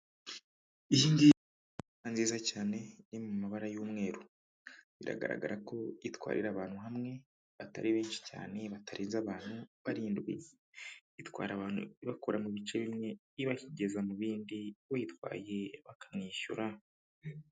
Iyi ngiyi ni imodoka nziza cyane iri mu mabara y'umweru, biragaragara ko itwarira abantu hamwe batari benshi cyane, batarenzeze abantu barindwi, itwara abantu ibakura mu bice bimwe ibageza mu bindi, uyitwaye bakamwishyura.